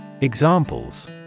Examples